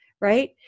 right